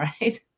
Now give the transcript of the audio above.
right